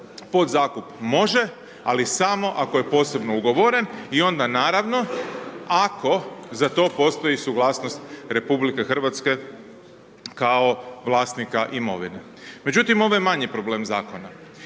podzakup može, ali samo ako je posebno ugovoren i onda naravno ako za to postoji suglasnost RH kao vlasnika imovine. Međutim, ovo je manji problem Zakona.